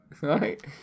Right